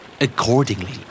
Accordingly